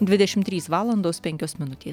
dvidešim trys valandos penkios minutės